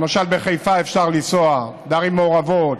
למשל, בחיפה אפשר לנסוע, בערים מעורבות,